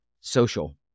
social